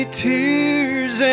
tears